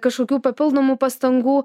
kažkokių papildomų pastangų